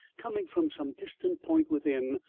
coming from some distant point within,